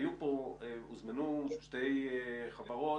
הוזמנו לכאן שתי חברות